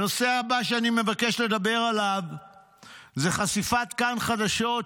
הנושא הבא שאני מבקש לדבר עליו זה חשיפת "כאן חדשות"